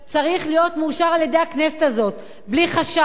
צריך להיות מאושר על-ידי הכנסת הזאת בלי חשש.